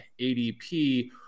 adp